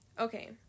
okay